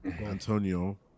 Antonio